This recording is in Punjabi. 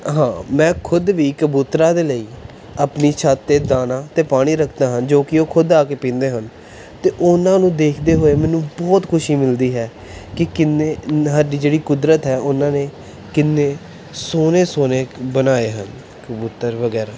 ਹਾਂ ਮੈਂ ਖੁਦ ਵੀ ਕਬੂਤਰਾਂ ਦੇ ਲਈ ਆਪਣੀ ਛੱਤ 'ਤੇ ਦਾਣਾ ਅਤੇ ਪਾਣੀ ਰੱਖਦਾ ਹਾਂ ਜੋ ਕਿ ਉਹ ਖੁਦ ਆ ਕੇ ਪੀਂਦੇ ਹਨ ਅਤੇ ਉਹਨਾਂ ਨੂੰ ਦੇਖਦੇ ਹੋਏ ਮੈਨੂੰ ਬਹੁਤ ਖੁਸ਼ੀ ਮਿਲਦੀ ਹੈ ਕਿ ਕਿੰਨੇ ਸਾਡੀ ਜਿਹੜੀ ਕੁਦਰਤ ਹੈ ਉਹਨਾਂ ਨੇ ਕਿੰਨੇ ਸੋਹਣੇ ਸੋਹਣੇ ਬਣਾਏ ਹਨ ਕਬੂਤਰ ਵਗੈਰਾ